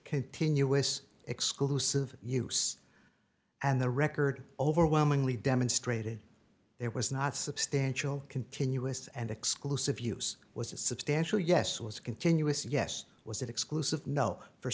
continuous exclusive use and the record overwhelmingly demonstrated it was not substantial continuous and exclusive use was a substantial yes was continuous yes was it exclusive no for